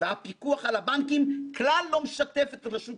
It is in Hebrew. והפיקוח על הבנקים כלל לא משתף את רשות